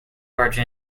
barge